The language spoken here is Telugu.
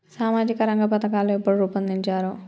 సామాజిక రంగ పథకాలు ఎప్పుడు రూపొందించారు?